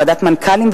ועדת מנכ"לים,